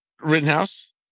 Rittenhouse